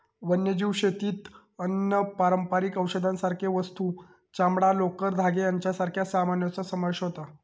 वन्यजीव शेतीत अन्न, पारंपारिक औषधांसारखे वस्तू, चामडां, लोकर, धागे यांच्यासारख्या सामानाचो समावेश होता